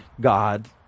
God